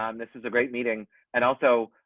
um this is a great meeting and also